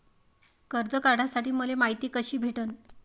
कर्ज काढासाठी मले मायती कशी भेटन?